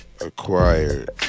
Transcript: acquired